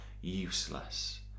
useless